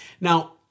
Now